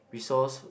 resource